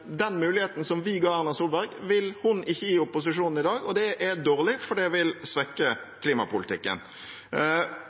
den muligheten vi ga Erna Solberg, vil hun ikke gi opposisjonen i dag, og det er dårlig, for det vil svekke